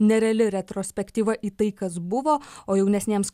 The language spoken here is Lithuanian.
nereali retrospektyva į tai kas buvo o jaunesnėms